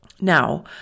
Now